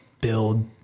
build